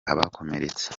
abakomeretse